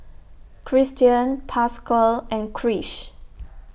Kristian Pasquale and Krish